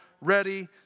ready